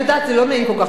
זה לא נעים כל כך לשמוע,